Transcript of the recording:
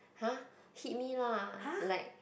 !huh! hit me lah like